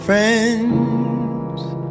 friends